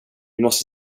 måste